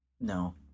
No